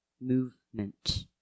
movement